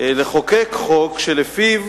לחוקק חוק שלפיו